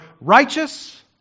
righteous